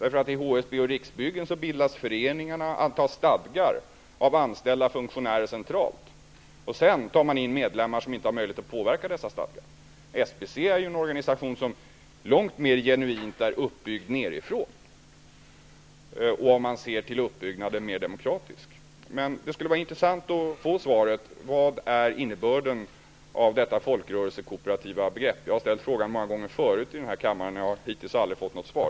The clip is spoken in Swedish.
I HSB och Riksbyggen bildas föreningarna och antas stadgar av anställda funktionärer centralt, och sedan tar man in medlemmar som inte har möjlighet att påverka dessa stadgar. SBC är en organisation som långt mer genuint är uppbyggd nedifrån, en organisation som, om man ser till uppbyggnaden, är mer demokratisk. Men det skulle vara intressant att få svar på frågan: Vad är innebörden av detta folkrörelsekooperativa begrepp? Jag har ställt den frågan många gånger förut här i kammaren, och jag har hittills aldrig fått något svar.